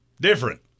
different